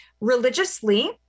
Religiously